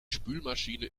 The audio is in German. spülmaschine